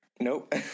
Nope